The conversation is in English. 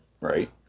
right